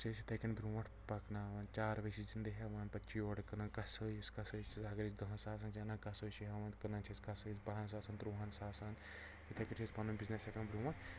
چھِ أسۍ یِتھٕے کٔنۍ برٛوںٛٹھ پکناون چاروٲے چھِ زنٛدٕ ہٮ۪وان پتہٕ چھِ یورٕ کٕنان کسٲیِس کسٲیۍ چھُ اگر أسۍ دہن ساسن چھِ انان کسٲیۍ چھُ ہٮ۪وان کٕنان چھِ أسۍ کسٲییس بہن ساسن ترٛووہن ساسن یِتھٕے کٔنۍ چھِ أسۍ پنُن بِزنٮ۪س ہٮ۪کان برٛونٹھ